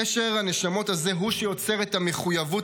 קשר הנשמות הזה הוא שיוצר את המחויבות